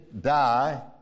die